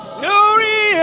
glory